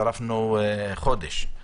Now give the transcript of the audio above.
שרפנו חודש.